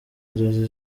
inzozi